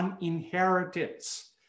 inheritance